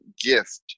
gift